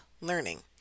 Learning